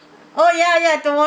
oh ya ya